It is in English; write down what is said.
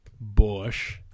Bush